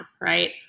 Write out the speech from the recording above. right